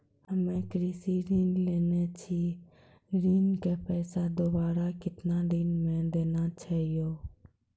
हम्मे कृषि ऋण लेने छी ऋण के पैसा दोबारा कितना दिन मे देना छै यो?